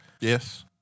Yes